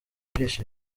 ibyishimo